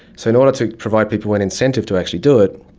so in order to provide people an incentive to actually do it,